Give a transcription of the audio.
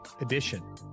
edition